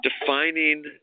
Defining